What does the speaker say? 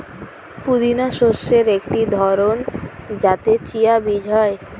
পুদিনা শস্যের একটি ধরন যাতে চিয়া বীজ হয়